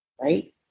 right